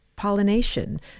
pollination